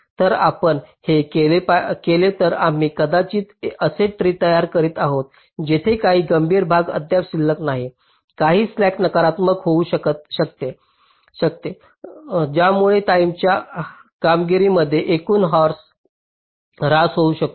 जर आपण हे केले तर आम्ही कदाचित असे ट्रीे तयार करीत आहोत जिथे काही गंभीर भाग अद्याप शिल्लक आहेत काही स्लॅक नकारात्मक होऊ शकते ज्यामुळे टाईमेच्या कामगिरीमध्ये एकूणच र्हास होऊ शकते